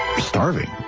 starving